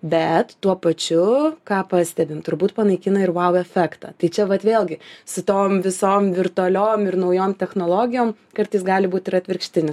bet tuo pačiu ką pastebim turbūt panaikina ir vau efektą tai čia vat vėlgi su tom visom virtualiom ir naujom technologijom kartais gali būt ir atvirkštinis